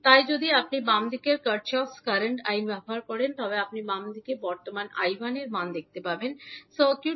তাই যদি আপনি যদি বাম দিকে কির্ফোফের Kirchhoff's কারেন্ট আইন ব্যবহার করেন তবে আপনি বর্তমান 𝐈1 এর মান দেখতে পাবেন সার্কিট